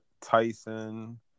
Tyson